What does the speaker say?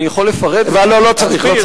אני יכול לפרט ולהסביר, לא, לא, לא צריך.